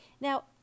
Now